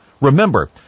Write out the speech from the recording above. Remember